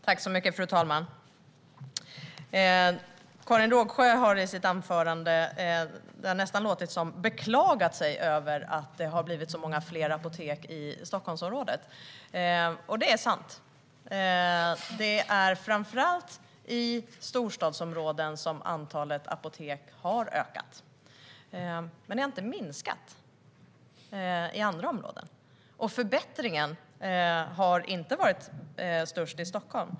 Fru talman! Det lät nästan som att Karin Rågsjö i sitt anförande beklagade sig över att det har tillkommit så många apotek i Stockholmsområdet. Det är sant - det är framför allt i storstadsområden som antalet apotek har ökat. Men antalet har inte minskat i andra områden, och förbättringen har inte varit störst i Stockholm.